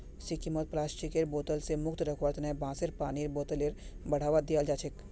सिक्किमत प्लास्टिकेर बोतल स मुक्त रखवार तना बांसेर पानीर बोतलेर बढ़ावा दियाल जाछेक